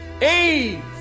AIDS